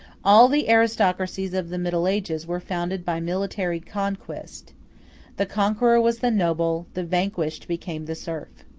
all the aristocracies of the middle ages were founded by military conquest the conqueror was the noble, the vanquished became the serf.